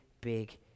big